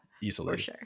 easily